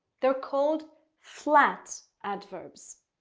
they're called flat adverbs.